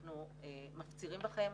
אנחנו מפצירים בכם,